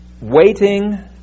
waiting